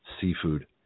seafood